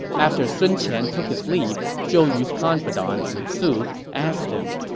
after sun qian took his leave, zhou yu's confidant lu su asked him,